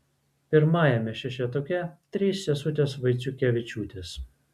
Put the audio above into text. pirmajame šešetuke trys sesutės vaiciukevičiūtės